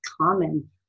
common